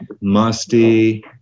musty